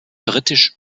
britisch